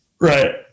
Right